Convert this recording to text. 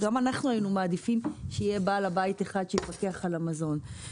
גם אנחנו היינו מעדיפים שיהיה בעל בית אחד שיפקח על המזון.